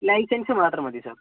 licence മാത്രം മതി sir